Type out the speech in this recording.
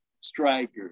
Strikers